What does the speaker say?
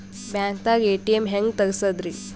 ಬ್ಯಾಂಕ್ದಾಗ ಎ.ಟಿ.ಎಂ ಹೆಂಗ್ ತಗಸದ್ರಿ?